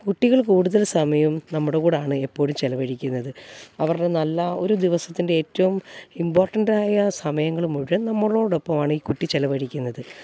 കുട്ടികൾ കൂടുതൽ സമയവും നമ്മുടെ കൂടെയാണ് എപ്പോഴും ചിലവഴിക്കുന്നത് അവരുടെ നല്ല ഒരു ദിവസത്തിൻ്റെ ഏറ്റവും ഇമ്പോർട്ടൻറ്റായ സമയങ്ങൾ മുഴുവൻ നമ്മളോടൊപ്പാണ് ഈ കുട്ടി ചിലവഴിക്കുന്നത്